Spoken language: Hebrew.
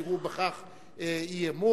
יראו בכך אי-אמון,